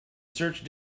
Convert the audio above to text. search